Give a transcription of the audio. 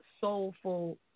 soulful